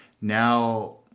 now